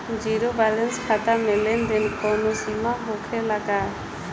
Zero balance खाता में लेन देन के कवनो सीमा होखे ला का?